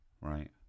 Right